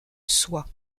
soie